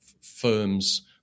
firms